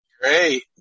great